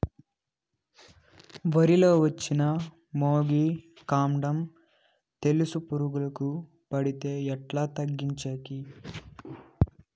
వరి లో వచ్చిన మొగి, కాండం తెలుసు పురుగుకు పడితే ఎట్లా తగ్గించేకి?